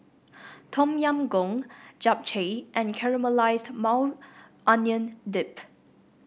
Tom Yam Goong Japchae and Caramelized Maui Onion Dip